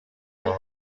until